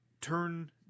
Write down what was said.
turn